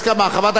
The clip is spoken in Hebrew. נא לעלות.